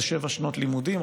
זה שבע שנות לימודים,